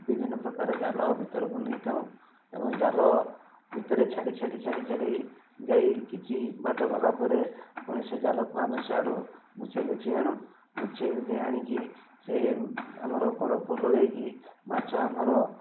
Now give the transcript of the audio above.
ବିଭିନ୍ନ ପ୍ରକାର ଜାଲ ଭିତରକୁ ନେଇଥାଉ ଏବଂ ଜାଲ ଭିତରେ ଛାଡ଼ି ଛାଡ଼ି ଛାଡ଼ି ଛାଡ଼ି ଯାଇ କିଛି ବାଟ ଗଲା ପରେ ପୁଣି ସେ ଜାଲକୁ ଆମେ ସେ ଆଡ଼ୁ ଗୁଛାଇ ଗୁଛାଇ ଆଣୁ ଗୁଛାଇ ଗୁଛାଇ ଆଣିକି ସେ ଆମର କଡ଼କୁ ଲଗାଇକି ମାଛ ଆମର